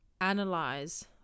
analyze